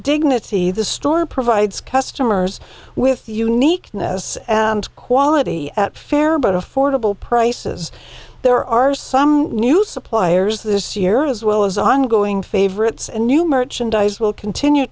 dignity the store provides customers with uniqueness and quality at fair but affordable prices there are some new suppliers this year as well as ongoing favorites and new merchandise will continue